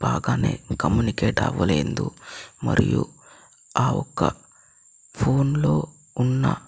బాగానే కమ్యూనికేట్ అవ్వలేదు మరియు ఆ ఒక్క ఫోన్లో ఉన్న